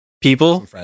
people